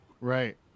Right